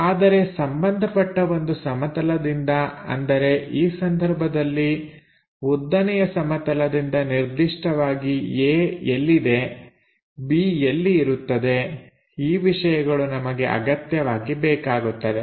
ಆದರೆ ಸಂಬಂಧಪಟ್ಟ ಒಂದು ಸಮತಲದಿಂದ ಅಂದರೆ ಈ ಸಂದರ್ಭದಲ್ಲಿ ಉದ್ದನೆಯ ಸಮತಲದಿಂದ ನಿರ್ದಿಷ್ಟವಾಗಿ A ಎಲ್ಲಿದೆ B ಎಲ್ಲಿ ಇರುತ್ತದೆ ಈ ವಿಷಯಗಳು ನಮಗೆ ಅಗತ್ಯವಾಗಿ ಬೇಕಾಗುತ್ತದೆ